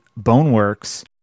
Boneworks